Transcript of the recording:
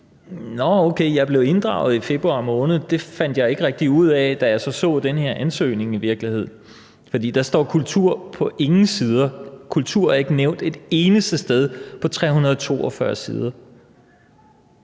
Nåh okay, jeg blev inddraget i februar, men det kunne jeg ikke rigtig se, da jeg så den her ansøgning, for der står kulturen ikke nævnt nogen steder; kulturen er ikke nævnt et eneste sted på 342 sider.